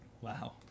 Wow